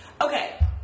Okay